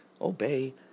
Obey